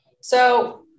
So-